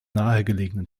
nahegelegenen